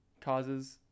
causes